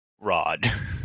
rod